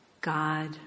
God